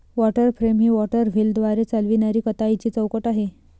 water frame ही water व्हीलद्वारे चालविणारी कताईची चौकट आहे